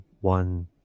one